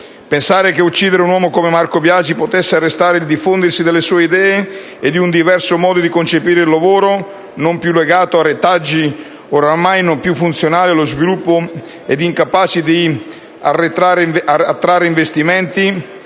Pensare che uccidere un uomo come Marco Biagi potesse arrestare il diffondersi delle sue idee e di un diverso modo di concepire il lavoro, non più legato a retaggi oramai non più funzionali allo sviluppo ed incapaci di attrarre investimenti,